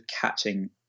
catching